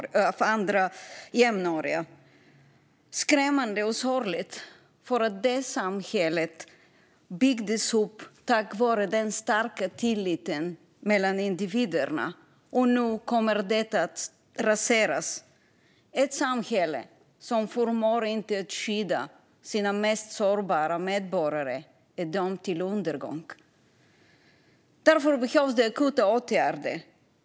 Det är skrämmande och sorgligt, då vårt samhälle byggdes upp tack vare den starka tilliten mellan individerna. Nu kommer detta att raseras. Ett samhälle som inte förmår skydda sina mest sårbara medborgare är dömt till undergång. Därför behövs det akuta åtgärder.